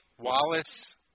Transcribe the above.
Wallace